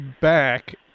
back